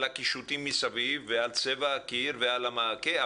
הקישוטים מסביב ועל צבע הקיר ועל המעקה,